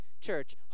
church